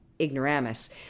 ignoramus